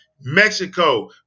Mexico